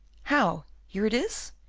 how! here it is?